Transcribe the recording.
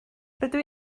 rydw